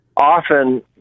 often